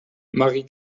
marie